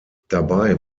dabei